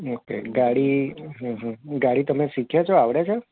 okay ગાડી હં હં ગાડી તમે શીખ્યાં છો આવડે છે